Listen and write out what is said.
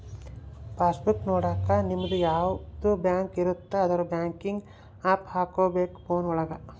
pass book ನೊಡಕ ನಿಮ್ಡು ಯಾವದ ಬ್ಯಾಂಕ್ ಇರುತ್ತ ಅದುರ್ ಬ್ಯಾಂಕಿಂಗ್ ಆಪ್ ಹಕೋಬೇಕ್ ಫೋನ್ ಒಳಗ